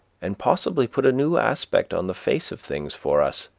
and possibly put a new aspect on the face of things for us.